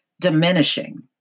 diminishing